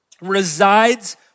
resides